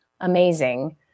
amazing